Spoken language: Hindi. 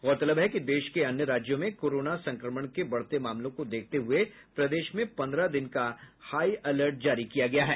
गौरतलब है कि देश के अन्य राज्यों में कोरोना संक्रमण के बढ़ते मामलों को देखते हुये प्रदेश में पन्द्रह दिन का हाई अलर्ट जारी किया गया है